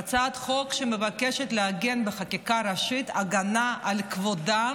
הצעת חוק שמבקשת לעגן בחקיקה ראשית הגנה על כבודם